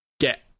get